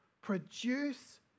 Produce